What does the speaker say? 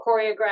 choreograph